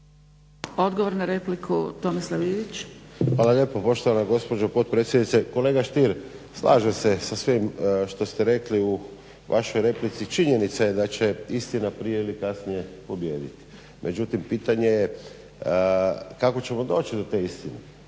Ivić. **Ivić, Tomislav (HDZ)** Hvala lijepo poštovana gospođo potpredsjednice. Kolega Stier slažem se sa svim što ste rekli u vašoj replici. Činjenica je da će istina prije ili kasnije pobijediti, međutim pitanje je kako ćemo doći do te istine.